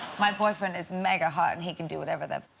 my boyfriend is mega hot and he can do whatever them